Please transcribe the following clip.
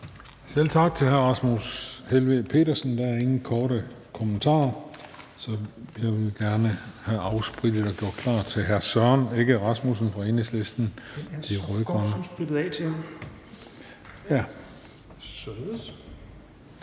Selv tak til hr. Rasmus Helveg Petersen. Der er ingen korte bemærkninger. Så jeg vil gerne have afsprittet og gjort klar til hr. Søren Egge Rasmussen fra Enhedslisten, De Rød-Grønne. Tak for det,